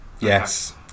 Yes